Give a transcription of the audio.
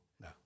no